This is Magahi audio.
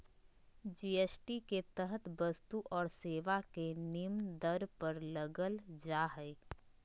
जी.एस.टी के तहत वस्तु और सेवा के निम्न दर पर लगल जा हइ